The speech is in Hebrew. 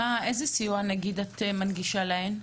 איזה סיוע למשל את מנגישה להן?